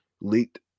leaked